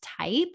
type